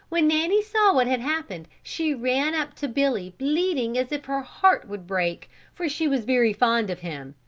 when nanny saw what had happened she ran up to billy bleating as if her heart would break for she was very fond of him,